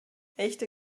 echte